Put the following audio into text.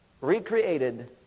recreated